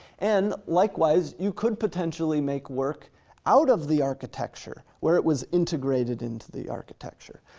and likewise, you could potentially make work out of the architecture, where it was integrated into the architecture.